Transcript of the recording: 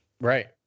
Right